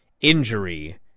injury